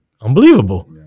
unbelievable